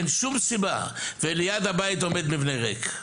אין שום סיבה וליד הבית עומד מבנה ריק.